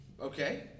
Okay